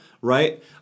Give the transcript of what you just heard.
Right